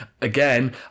again